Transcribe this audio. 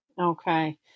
Okay